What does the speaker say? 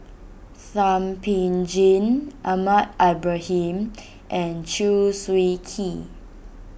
Thum Ping Tjin Ahmad Ibrahim and Chew Swee Kee